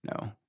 No